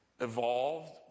Evolved